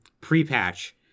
pre-patch